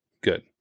good